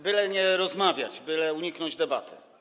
Byle nie rozmawiać, byle uniknąć debaty.